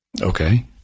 Okay